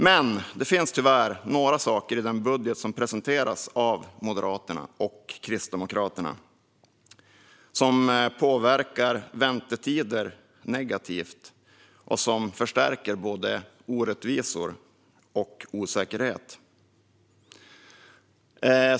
Men det finns tyvärr några saker i den budget som presenteras av Moderaterna och Kristdemokraterna som påverkar väntetider negativt och som förstärker både orättvisor och osäkerhet.